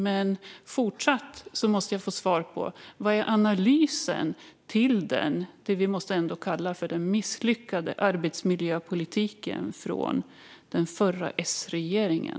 Jag måste fortfarande få svar på vad som är analysen efter det som vi ändå måste kalla den misslyckade arbetsmiljöpolitiken från den förra Sregeringen.